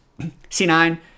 C9